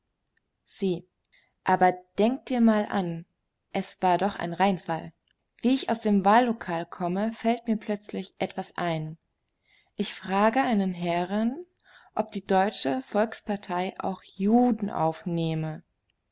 sie aber denk dir mal an es war doch ein reinfall wie ich aus dem wahllokal komme fällt mir plötzlich etwas ein ich frage einen herrn ob die deutsche volkspartei auch juden aufnehme